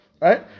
Right